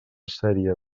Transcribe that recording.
sèrie